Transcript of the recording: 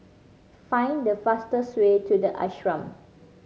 find the fastest way to The Ashram